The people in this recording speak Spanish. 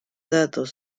datos